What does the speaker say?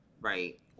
Right